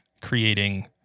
creating